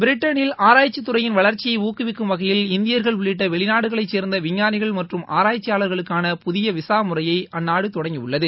பிரிட்டனில் ஆராய்க்சி துறையின் வளர்க்சியை ஊக்குவிக்கும் வகையில் இந்தியர்கள் உள்ளிட்ட வெளிநாடுகளை சேர்ந்த விஞ்ஞானிகள் மற்றும் ஆராய்ச்சியாளர்களுக்கான புதிய விசா முறைய அந்நாட்டு தொடங்கியது